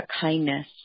kindness